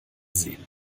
sehen